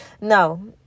No